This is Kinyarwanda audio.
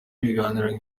ibiganiro